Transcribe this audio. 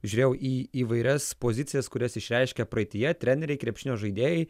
žiūrėjau į įvairias pozicijas kurias išreiškė praeityje treneriai krepšinio žaidėjai